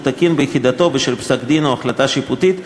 תקין ביחידתו בשל פסק-דין או החלטה שיפוטית,